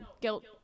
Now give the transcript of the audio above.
guilt